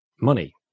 money